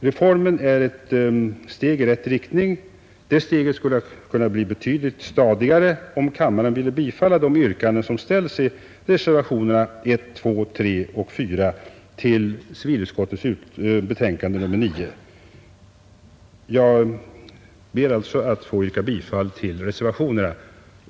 Reformen är ett steg i rätt riktning. Det steget skulle kunna bli betydligt stadigare, om kammaren ville bifalla de yrkanden som ställs i reservationerna 1, 2, 3 och 4 vid civilutskottets betänkande nr 9. Jag ber alltså att få yrka bifall till reservationerna.